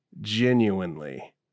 genuinely